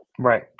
Right